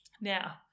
Now